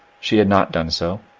she had not done so,